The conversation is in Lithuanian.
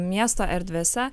miesto erdvėse